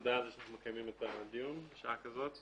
תודה על כך שאנחנו מקיימים את הדיון בשעה כזאת והיום.